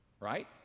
right